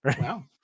Wow